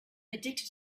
addicted